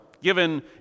Given